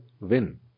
win